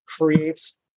creates